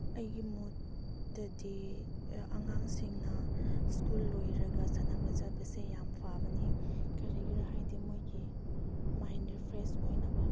ꯑꯩꯒꯤ ꯃꯣꯠꯇꯗꯤ ꯑꯉꯥꯡꯁꯤꯡꯅ ꯁ꯭ꯀꯨꯜ ꯂꯣꯏꯔꯒ ꯁꯥꯟꯅꯕ ꯆꯠꯄꯁꯤ ꯌꯥꯝ ꯐꯕꯅꯤ ꯀꯔꯤꯒꯤꯔ ꯍꯥꯏꯔꯗꯤ ꯃꯣꯏꯒꯤ ꯃꯥꯏꯟ ꯔꯤꯐ꯭ꯔꯦꯁ ꯑꯣꯏꯅꯕ